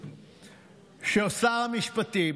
ששר המשפטים